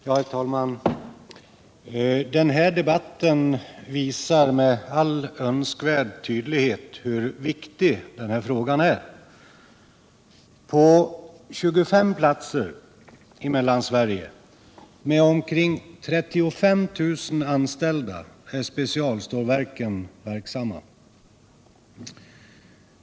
Herr talman! Den här debatten visar med all önskvärd tydlighet hur viktig denna fråga är. På 25 platser i Mellansverige är specialstålverken verksamma med omkring 35 000 anställda.